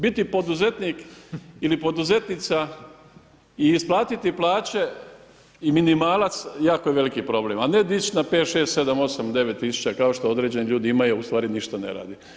Biti poduzetnik ili poduzetnica i isplatiti plaće i minimalac jako je veliki problem, a ne dić na 5,6,7,8,9 tisuća kao što određeni ljudi imaju u stvari ništa ne rade.